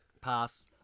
Pass